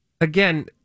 Again